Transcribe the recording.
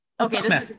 okay